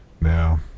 now